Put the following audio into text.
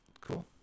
Cool